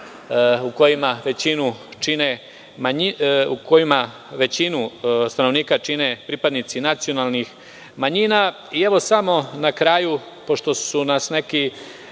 u kojima većinu stanovnika čine pripadnici nacionalnih manjina. Na kraju, pošto su nas neki